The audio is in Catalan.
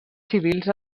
civils